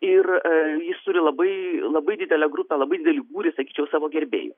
ir jis turi labai labai didelę grupę labai didelį būrį sakyčiau savo gerbėjų